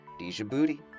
djibouti